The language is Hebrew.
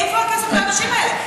איפה הכסף לאנשים האלה?